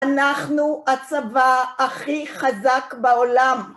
אנחנו הצבא הכי חזק בעולם.